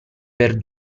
per